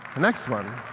next one